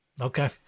Okay